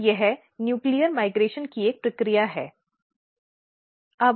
तो यह nuclear migration की एक प्रक्रिया है